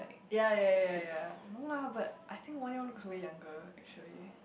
ya ya ya ya no lah but I think Won-Young looks way younger actually